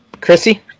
Chrissy